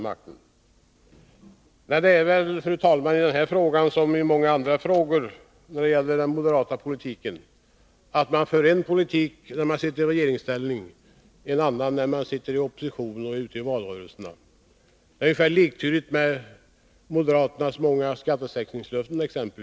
Men det är väl i denna fråga som i så många andra frågor när det gäller den moderata politiken: Man för en politik i regeringsställning, en annan i opposition och i valrörelserna. Det gäller ju t.ex. i fråga om moderaternas många skattesänkningslöften.